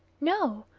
no.